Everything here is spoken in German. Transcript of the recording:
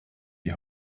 die